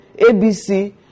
ABC